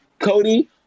Cody